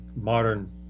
modern